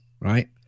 right